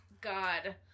God